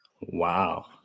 Wow